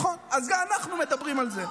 אז אנחנו מדברים על זה.